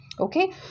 Okay